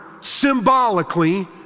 symbolically